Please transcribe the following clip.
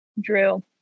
Drew